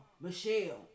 Michelle